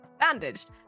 bandaged